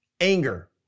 anger